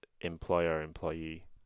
employer-employee